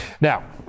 Now